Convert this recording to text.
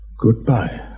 Goodbye